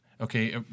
okay